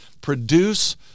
produce